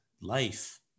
life